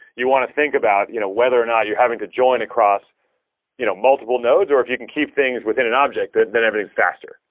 you want to think about you know whether or not you're having to join across you know multiple nodes or if you can keep things within an object, then then everything is faster.